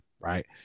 right